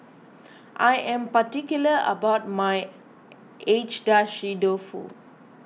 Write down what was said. I am particular about my Agedashi Dofu